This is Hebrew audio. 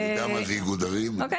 אני יודע מה זה איגוד ערים.